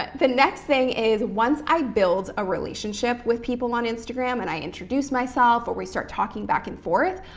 ah the next thing is, once i build a relationship with people on instagram and i introduce myself or we start talking back and forth,